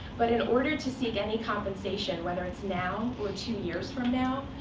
but in order to seek any compensation, whether it's now or two years from now,